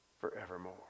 forevermore